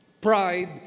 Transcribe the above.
Pride